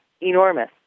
enormous